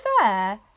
fair